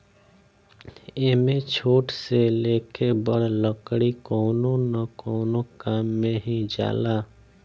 एमे छोट से लेके बड़ लकड़ी कवनो न कवनो काम मे ही जाला